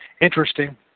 Interesting